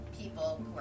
people